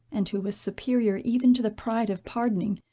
and who was superior even to the pride of pardoning,